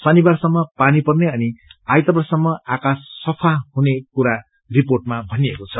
शनिवारसम्म पानी पर्ने अनि आइतबारसम्म आकाश सफा हुने कुरा रिपोर्टमा भनिएको छ